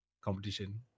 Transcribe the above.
competition